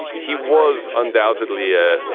he was undoubtedly a well.